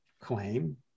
claim